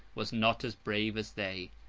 was not as brave as they.